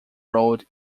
road